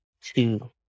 two